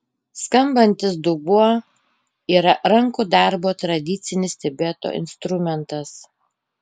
skambantis dubuo yra rankų darbo tradicinis tibeto instrumentas